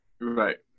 Right